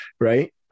right